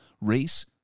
race